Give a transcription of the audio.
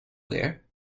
there